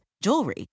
jewelry